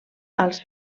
als